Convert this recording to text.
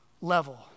level